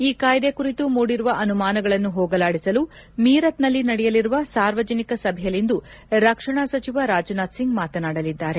ಈ ಕಾಯ್ದೆ ಕುರಿತು ಮೂಡಿರುವ ಅನುಮಾನಗಳನ್ನು ಹೋಗಲಾಡಿಸಲು ಮೀರತ್ನಲ್ಲಿ ನಡೆಯಲಿರುವ ಸಾರ್ವಜನಿಕ ಸಭೆಯಲ್ಲಿಂದು ರಕ್ಷಣಾ ಸಚಿವ ರಾಜನಾಥ್ ಸಿಂಗ್ ಮಾತನಾಡಲಿದ್ದಾರೆ